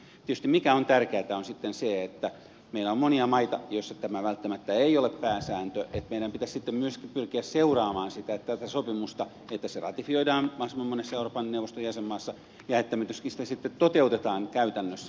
tietysti se mikä on tärkeätä on sitten se että meillä on monia maita joissa tämä välttämättä ei ole pääsääntö niin että meidän pitäisi sitten myöskin pyrkiä seuraamaan tätä sopimusta että se ratifioidaan mahdollisimman monessa euroopan neuvoston jäsenmaassa ja että sitä myöskin sitten toteutetaan käytännössä